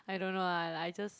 I don't know lah like I just